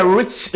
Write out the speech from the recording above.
rich